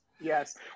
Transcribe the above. Yes